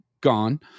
gone